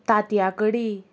तांतयां कडी